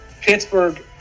Pittsburgh